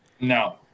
No